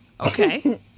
Okay